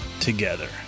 together